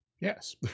Yes